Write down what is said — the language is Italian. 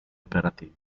operativi